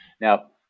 Now